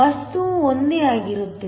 ವಸ್ತುವು ಒಂದೇ ಆಗಿರುತ್ತದೆ